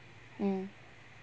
mm